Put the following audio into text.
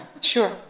Sure